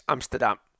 Amsterdam